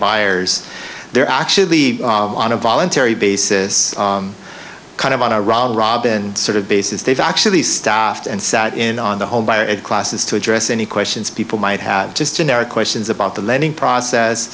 buyers they're actually on a voluntary basis kind of on a round robin sort of basis they've actually staffed and sat in on the whole by classes to address any questions people might have just generic questions about the lending process